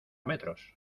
metros